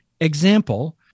Example